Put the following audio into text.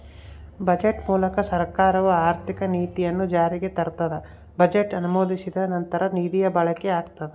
budget ಮೂಲಕ ಸರ್ಕಾರವು ಆರ್ಥಿಕ ನೀತಿಯನ್ನು ಜಾರಿಗೆ ತರ್ತದ ಬಜೆಟ್ ಅನುಮೋದಿಸಿದ ನಂತರ ನಿಧಿಯ ಬಳಕೆಯಾಗ್ತದ